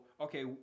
okay